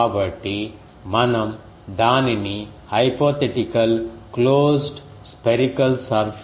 కాబట్టి మనం దానిని హైపోథిటికల్ క్లోజ్డ్ స్పీరికల్ సర్ఫేస్ పై ఇంటిగ్రేట్ చేయాలి